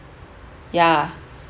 yeah